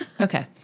Okay